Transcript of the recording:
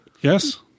Yes